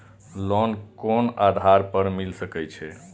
Loan कोन आधार पर मिल सके छे?